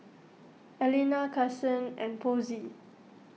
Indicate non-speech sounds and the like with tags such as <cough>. <noise> Alena Kasen and Posey